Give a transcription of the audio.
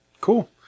Cool